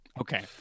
okay